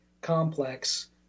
complex